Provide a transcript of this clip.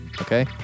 okay